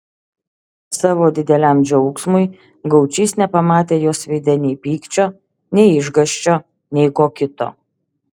savo dideliam džiaugsmui gaučys nepamatė jos veide nei pykčio nei išgąsčio nei ko kito